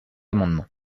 amendement